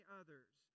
others